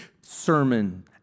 sermon